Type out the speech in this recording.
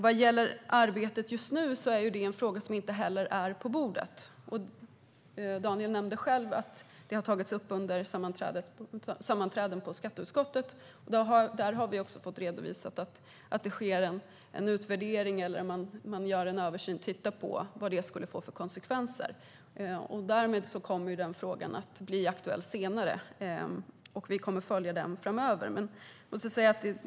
Vad gäller arbetet just nu är det en fråga som inte är på bordet. Daniel nämnde själv att det har tagits upp under sammanträden på skatteutskottet. Där har vi också fått redovisat att man gör en översyn och tittar på vad det skulle få för konsekvenser. Därmed kommer den frågan att bli aktuell senare. Vi kommer att följa den framöver.